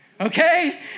Okay